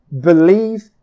believe